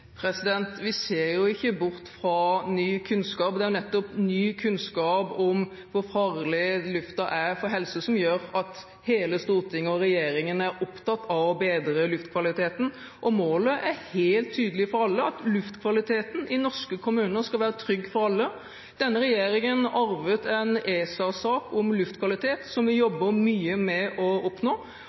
Vi ser ikke bort fra ny kunnskap. Det er nettopp ny kunnskap om hvor farlig luften er for helse, som gjør at hele Stortinget og regjeringen er opptatt av å bedre luftkvaliteten. Målet er helt tydelig for alle: Luftkvaliteten i norske kommuner skal være trygg for alle. Denne regjeringen arvet en ESA-sak om luftkvalitet, som vi jobber mye med,